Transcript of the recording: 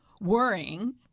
worrying